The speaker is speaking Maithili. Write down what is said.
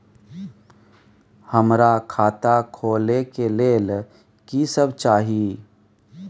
हमरा खाता खोले के लेल की सब चाही?